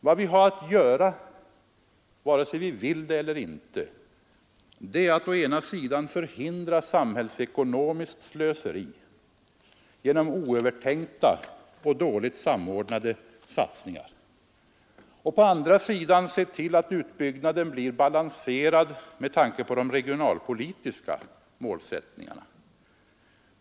Vad vi har att göra, vare sig vi vill det eller inte, är att å ena sidan förhindra samhällsekonomiskt slöseri genom oövertänkta och dåligt samordnade satsningar och å andra sidan se till att utbyggnaden blir balanserad med tanke på de regionalpolitiska målsättningarna.